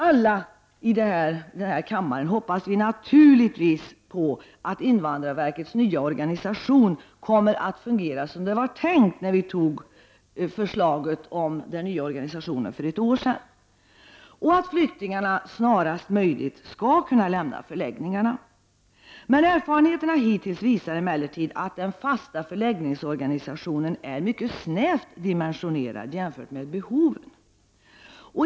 Alla i denna kammare hoppas naturligtvis på att invandrarverkets nya organisation kommer att fungera som det var tänkt när förslaget om den nya organisationen antogs för ett år sedan och att flyktingarna snarast möjligt skall kunna lämna förläggningarna. Erfarenheterna hittills visar emellertid att den fasta förläggningsorganisationen är mycket snävt dimensionerad jämförd med behoven.